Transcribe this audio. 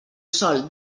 sòl